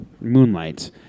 Moonlight